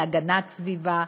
על הגנת הסביבה,